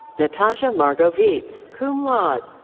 natasha margo vietz, cum laude.